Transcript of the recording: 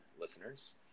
listeners